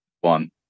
one